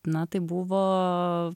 na tai buvo